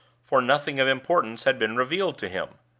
for nothing of importance had been revealed to him.